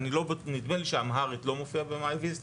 נדמה לי שאמהרית לא מופיע במיי ויזיט,